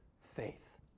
faith